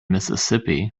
mississippi